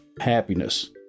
happiness